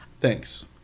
Thanks